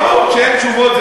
כשאין תשובות,